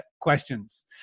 questions